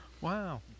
Wow